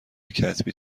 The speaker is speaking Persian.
کتبی